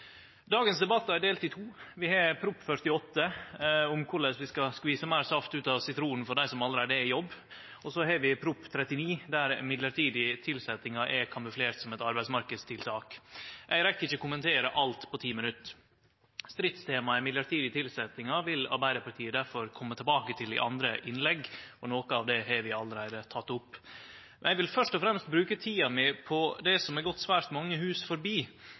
Dagens debatt er delt i to. Vi har Prop. 48 L om korleis vi skal skvise meir saft ut av sitronen for dei som allereie er i jobb, og så har vi Prop. 39 L, der mellombelse tilsetjingar er kamuflerte som eit arbeidsmarknadstiltak. Eg rekk ikkje kommentere alt på ti minutt. Stridstemaet mellombelse tilsetjingar vil Arbeidarpartiet difor kome tilbake til i andre innlegg, og noko av det har vi allereie teke opp. Eg vil først og fremst bruke tida mi på det som har gått svært mange hus forbi,